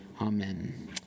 Amen